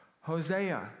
Hosea